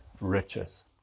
riches